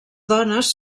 dones